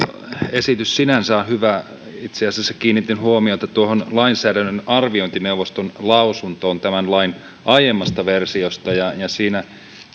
esitys sinänsä on hyvä itse asiassa kiinnitin huomiota tuohon lainsäädännön arviointineuvoston lausuntoon tämän lain aiemmasta versiosta ja ja siinä